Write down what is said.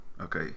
Okay